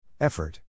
Effort